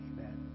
Amen